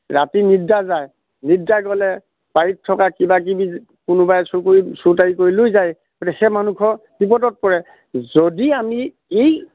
ৰাতি নিদ্ৰা যায় নিদ্ৰা গ'লে বাৰিত থকা কিবা কিবি কোনোবাই চুৰি কৰি চুৰ কৰি লৈ যায় গতিকে সেই মানুহ ঘৰ বিপদত পৰে যদি আমি এই